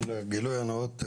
גילוי נאות,